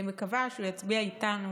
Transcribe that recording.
הוא יצביע איתנו